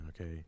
okay